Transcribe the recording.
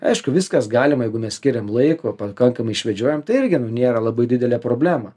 aišku viskas galima jeigu mes skiriam laiko pakankamai išvedžiojam tai irgi nu nėra labai didelė problema